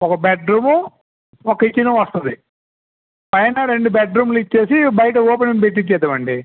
ఒక bed room ఒక kitchen వస్తుంది పైన రెండు బెడ్రూమ్లు ఇచ్చేసి బయట ఓపెన్ పెట్టి ఇచ్చేద్దాము అండి